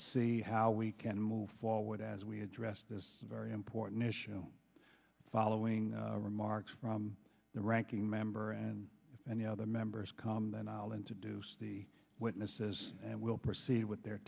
see how we can move forward as we address this very important issue following remarks from the ranking member and if any other members come then i'll introduce the witnesses and we'll proceed with their